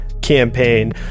Campaign